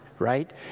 right